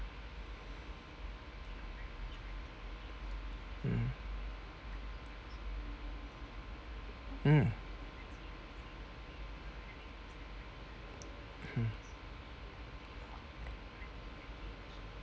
mm mm mmhmm